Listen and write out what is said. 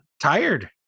tired